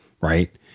Right